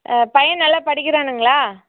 பையன் நல்லா படிக்கிறானுங்களா